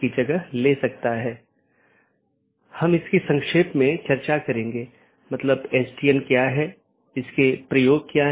और एक autonomous system एक ही संगठन या अन्य सार्वजनिक या निजी संगठन द्वारा प्रबंधित अन्य ऑटॉनमस सिस्टम से भी कनेक्ट कर सकती है